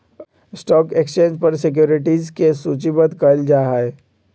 stock exchange पर securities के सूचीबद्ध कयल जाहइ